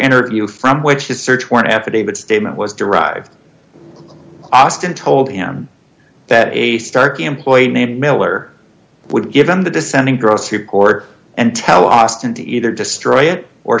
interview from which a search warrant affidavit statement was derived austin told him that a starkey employee named miller would give him the dissenting gross who court and tell austin to either destroy it or